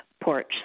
porch